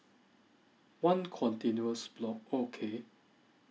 one continuous block okay